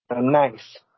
Nice